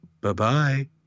Bye-bye